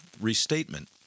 restatement